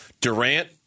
Durant